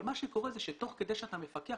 אבל מה שקורה זה שתוך כדי שאתה מפקח,